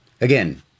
Again